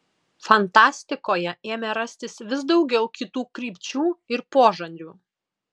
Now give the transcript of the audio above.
fantastikoje ėmė rastis vis daugiau kitų krypčių ir požanrių